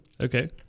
Okay